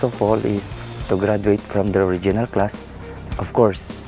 of all, is to graduate from the original class of course,